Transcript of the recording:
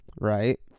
right